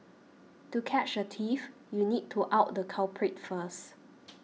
to catch a thief you need to out the culprit first